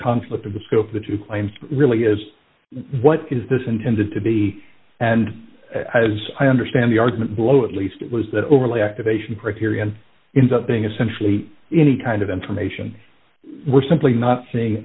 conflict of the scope that you claim really is what is this intended to be and as i understand the argument below at least it was that overly activation criterion in that being essentially any kind of information we're simply not seeing